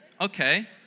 Okay